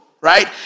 right